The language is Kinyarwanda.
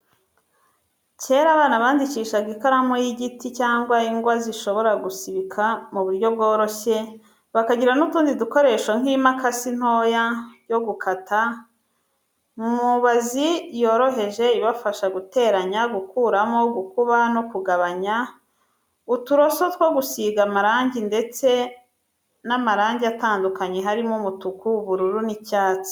Kera abana bandikishaga ikaramu y'igiti cyangwa ingwa bishobora gusibika mu buryo bworoshye, bakagira n'utundi dukoresho nk'imakasi ntoya yo gukata, mubazi yoroheje ibafasha guteranya, gukuramo, gukuba no kugabanya, uturoso two gusiga amarangi ndetse n'amarangi atandukanye harimo umutuku, ubururu n'icyatsi.